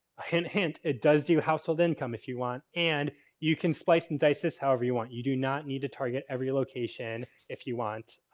hint-hint it does do you household income if you want and you can splice and dices however you want. you do not need to target every location if you want.